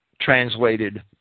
translated